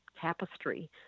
tapestry